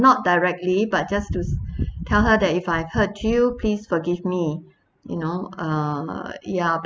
not directly but just to tell her that if I've hurt you please forgive me you know err ya but